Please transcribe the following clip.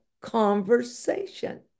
conversation